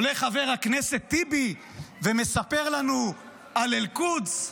עולה חבר הכנסת טיבי ומספר לנו על אל-קודס.